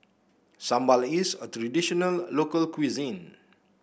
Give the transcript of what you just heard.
sambal is a traditional local cuisine